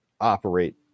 operate